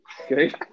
okay